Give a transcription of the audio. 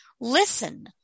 Listen